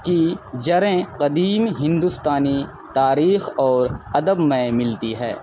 کی جڑیں قدیم ہندوستانی تاریخ اور ادب میں ملتی ہیں